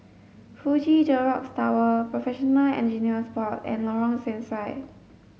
Fuji Xerox Tower Professional Engineers Board and Lorong Sesuai